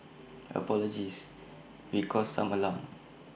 apologies we caused some alarm